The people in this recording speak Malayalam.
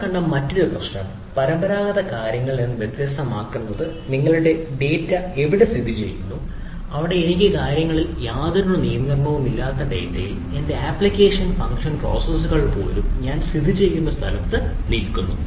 നമ്മൾ കണ്ട മറ്റൊരു പ്രശ്നം പരമ്പരാഗത കാര്യങ്ങളിൽ നിന്ന് വ്യത്യസ്തമാക്കുന്നത് നിങ്ങളുടെ ഡാറ്റ എവിടെയെങ്കിലും സ്ഥിതിചെയ്യുന്നു അവിടെ എനിക്ക് കാര്യങ്ങളിൽ യാതൊരു നിയന്ത്രണവുമില്ലാത്ത ഡാറ്റയിൽ എന്റെ ആപ്ലിക്കേഷൻ ഫംഗ്ഷൻ പ്രോസസ്സുകൾ പോലും ഞാൻ സ്ഥിതിചെയ്യുന്ന സ്ഥലത്ത് സ്ഥിതിചെയ്യുന്നു